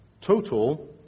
total